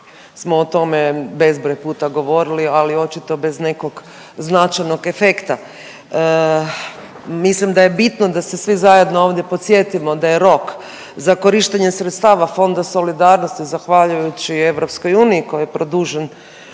smo o tome bezbroj puta govorili ali očito bez nekog značajnog efekta. Mislim da je bitno da se svi zajedno ovdje podsjetimo da je rok za korištenje sredstava Fonda solidarnosti zahvaljujući EU koji je produžen